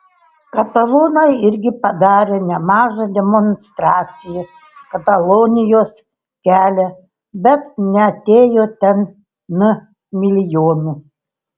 katalonai irgi padarė nemažą demonstraciją katalonijos kelią bet neatėjo ten n milijonų